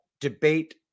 debate